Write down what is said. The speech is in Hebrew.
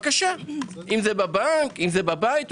אם זה בבנק, בבית.